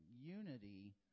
unity